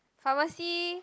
pharmacy